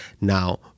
Now